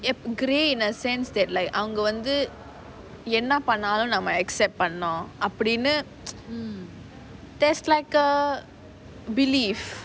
yes grey in a sense that like அவங்க வந்து என்ன போனாலும் நம்ம:avanga vanthu enna panaalum namma accept பண்ணனும்:pannanum there's like a belief